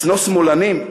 לשנוא שמאלנים?